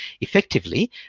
effectively